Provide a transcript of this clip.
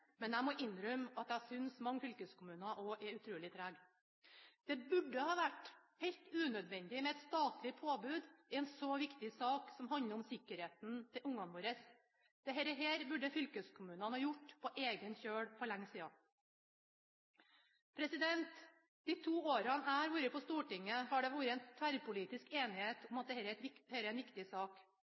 men jeg må innrømme at jeg synes mange fylkeskommuner også er utrolig trege. Det burde ha vært helt unødvendig med et statlig påbud i en så viktig sak, som handler om sikkerheten til ungene våre. Dette burde fylkeskommunene ha gjort på egen kjøl for lenge siden. De to årene jeg har vært på Stortinget, har det vært tverrpolitisk enighet om at dette er